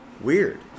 weird